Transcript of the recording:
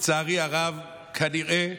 לצערי הרב, כנראה,